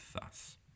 thus